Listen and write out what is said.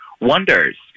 wonders